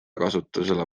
kasutusele